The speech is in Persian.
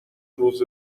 روز